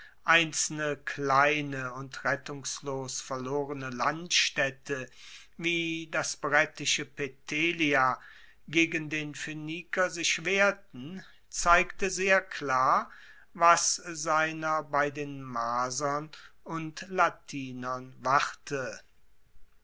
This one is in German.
einzelne kleine und rettungslos verlorene landstaedte wie das brettische petelia gegen den phoeniker sich wehrten zeigte sehr klar was seiner bei den marsern und latinern warte